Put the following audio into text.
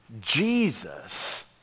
Jesus